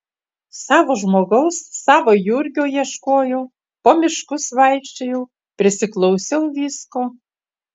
savo žmogaus savo jurgio ieškojau po miškus vaikščiojau prisiklausiau visko